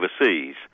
overseas